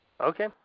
Okay